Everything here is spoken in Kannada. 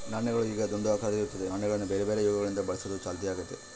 ನಾಣ್ಯಗಳು ಈಗ ದುಂಡು ಆಕಾರದಲ್ಲಿ ಇರುತ್ತದೆ, ನಾಣ್ಯಗಳನ್ನ ಬೇರೆಬೇರೆ ಯುಗಗಳಿಂದ ಬಳಸುವುದು ಚಾಲ್ತಿಗೈತೆ